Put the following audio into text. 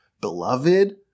beloved